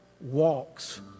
walks